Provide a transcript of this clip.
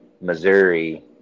Missouri